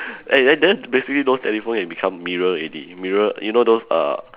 eh then then basically those telephone it become mirror already mirror you know those err